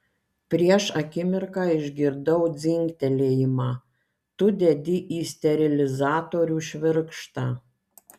prieš akimirką išgirdau dzingtelėjimą tu dedi į sterilizatorių švirkštą